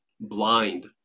blind